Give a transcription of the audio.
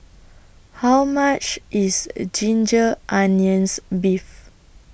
How much IS A Ginger Onions Beef